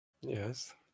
Yes